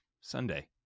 Sunday